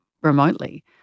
remotely